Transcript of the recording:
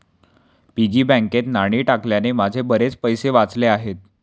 piggy बँकेत नाणी टाकल्याने माझे बरेच पैसे वाचले आहेत